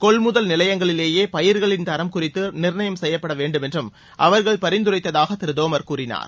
கொள்முதல் நிலையங்களிலேயே பயிர்களின் தரம் குறித்து நிர்ணயம் செய்யப்பட வேண்டும் என்றும் அவர்கள் பரிந்துரைத்ததாக திரு தோமர் கூறினார்